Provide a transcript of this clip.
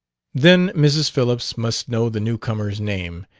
then mrs. phillips must know the new-comer's name,